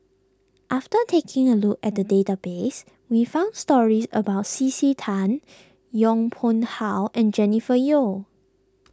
after taking a look at the database we found stories about C C Tan Yong Pung How and Jennifer Yeo